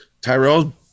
Tyrell